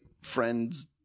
friends